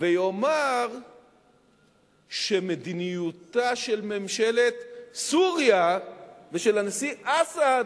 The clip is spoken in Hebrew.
ויאמר שהמדיניות של ממשלת סוריה ושל הנשיא אסד